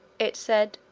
it said,